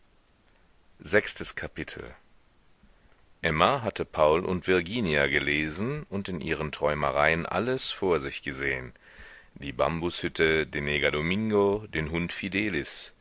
sechstes kapitel emma hatte paul und virginia gelesen und in ihren träumereien alles vor sich gesehen die bambushütte den neger domingo den hund fidelis